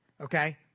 okay